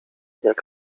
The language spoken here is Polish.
jak